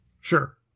Sure